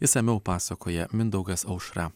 išsamiau pasakoja mindaugas aušra